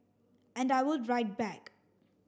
and I would write back